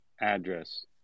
address